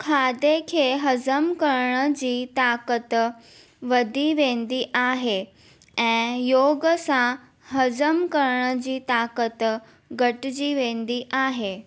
खाधे खे हज़म करण जी ताक़तु वधी वेंदी आहे ऐं योग सां हज़म करण जी ताक़तु घटीजी वेंदी आहे